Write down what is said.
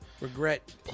regret